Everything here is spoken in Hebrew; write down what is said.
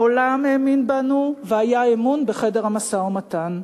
העולם האמין בנו והיה אמון בחדר המשא-ומתן.